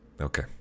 Okay